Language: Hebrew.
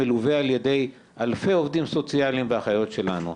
מלווה על ידי אלפי עובדים סוציאליים ואחיות שלנו.